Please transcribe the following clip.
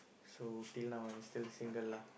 so til now I'm still single lah